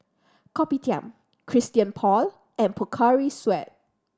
Kopitiam Christian Paul and Pocari Sweat